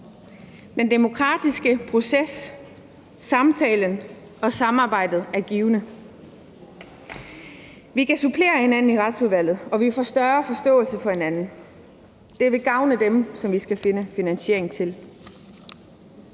Den demokratiske proces, samtalen og samarbejdet er givende. Vi kan supplere hinanden i Retsudvalget, og vi får større forståelse for hinanden. Det vil gavne de ting, som vi skal finde finansiering til.